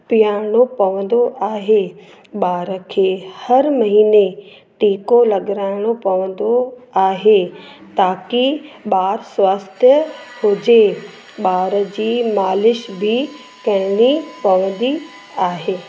पीआरणो पवंदो आहे ॿार खे हर महीने टीको लॻाइणो पवंदो आहे ताकी ॿार स्वस्थ हुजे ॿार जी मालिश बि करणी पवंदी आहे